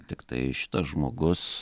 tiktai šitas žmogus